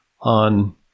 on